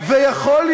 אם הוא היה יכול,